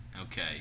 Okay